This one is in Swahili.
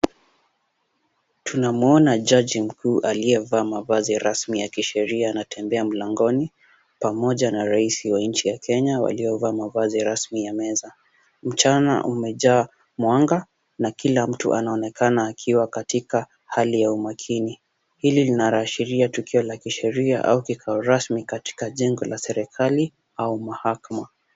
Tunamuona jaji mkuu aliyevaa vazi rasmi la sheria akitembea mlangoni pamoja na rais wa nchi ya kenya waliovaa mavazi ya meza. Mchana umejaa mwanga na kila mtu anaonekana akiwa katika hali ya umakini. Hili linaashiria mkutano kisheria au kikao rasmi katika jengo la serikali au mahakama.